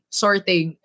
sorting